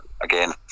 again